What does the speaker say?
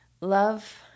Love